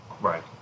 Right